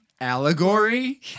allegory